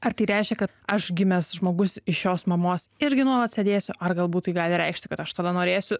ar tai reiškia kad aš gimęs žmogus iš jos mamos irgi nuolat sėdėsiu ar galbūt tai gali reikšti kad aš tada norėsiu